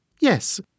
Yes